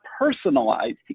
Personalized